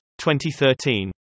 2013